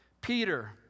Peter